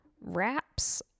wraps